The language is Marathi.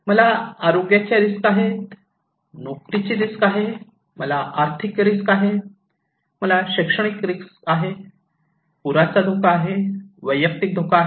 मला आरोग्याचा रिस्क आहे मला नोकरीचा रिस्क आहे मला आर्थिक रिस्क आहे मला शैक्षणिक रिस्क आहे पुराचा धोका आहे वैयक्तिक धोका आहे